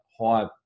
high